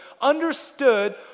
understood